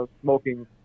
smoking